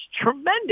Tremendous